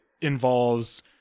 involves